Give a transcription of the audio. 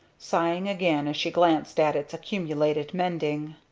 sighing again as she glanced at its accumulated mending.